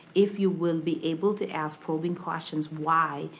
if you will be able to ask probing questions, why